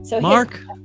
Mark